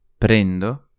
Prendo